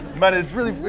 but it's really,